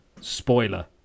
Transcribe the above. spoiler